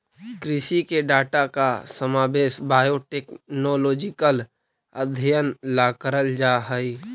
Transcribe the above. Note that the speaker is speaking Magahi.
कृषि के डाटा का समावेश बायोटेक्नोलॉजिकल अध्ययन ला करल जा हई